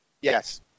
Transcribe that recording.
Yes